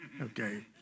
okay